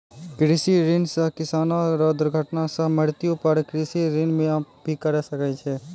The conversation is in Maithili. कृषि ऋण सह किसानो रो दुर्घटना सह मृत्यु पर कृषि ऋण माप भी करा सकै छै